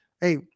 hey